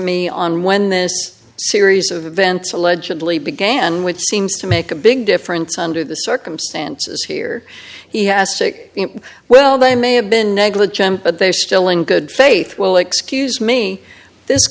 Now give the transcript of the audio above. me on when this series of events allegedly began which seems to make a big difference under the circumstances here he has sick well they may have been negligent but they still in good faith will excuse me this